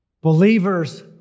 Believers